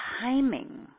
timing